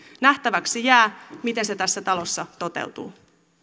nähtäväksi jää miten se tässä talossa toteutuu